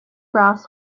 grass